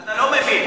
אתה לא מבין.